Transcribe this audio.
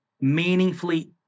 meaningfully